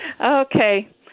Okay